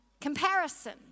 Comparison